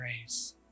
grace